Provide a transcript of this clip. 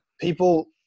people